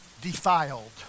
defiled